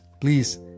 please